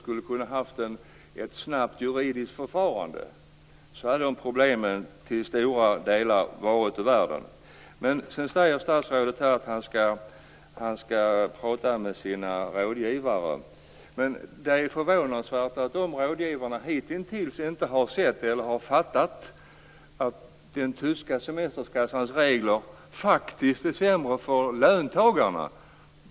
Med ett snabbt juridiskt förfarande skulle problemen till stora delar ha varit ur världen. Statsrådet säger att han skall tala med sina rådgivare. Det är förvånansvärt att de rådgivarna hittills inte har sett eller fattat att de tyska semesterskattereglerna faktiskt är sämre för löntagarna.